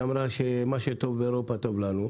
שאמרה שמה שטוב באירופה טוב לנו.